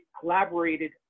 collaborated